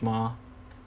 mah